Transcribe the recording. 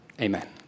amen